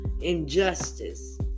Injustice